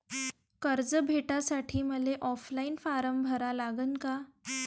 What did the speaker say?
कर्ज भेटासाठी मले ऑफलाईन फारम भरा लागन का?